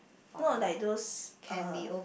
not like those uh